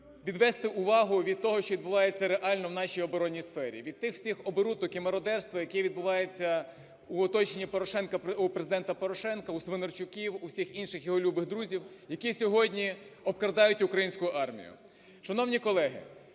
відвести увагу від того, що відбувається реально у нашій оборонній сфері: від тих всіх оборудок і мародерства, які відбуваються в оточенні Порошенка, у Президента Порошенка, у Свинарчуків, у всіх інших його любих друзів, які сьогодні обкрадають українську армію. Шановні колеги,